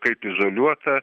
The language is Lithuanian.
kaip izoliuota